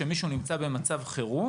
כשמישהו נמצא במצב חירום